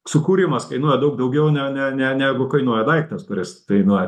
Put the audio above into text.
sukūrimas kainuoja daug daugiau ne ne ne negu kainuoja daiktas kuris kainuoja